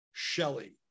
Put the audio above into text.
Shelley